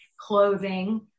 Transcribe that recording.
clothing